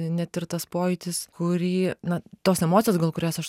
net ir tas pojūtis kurį na tos emocijos gal kurias aš